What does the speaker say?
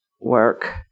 work